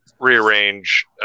rearrange